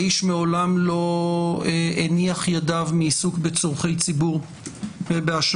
האיש מעולם לא הניח ידיו מעיסוק בצורכי ציבור ובהשמעת